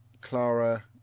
clara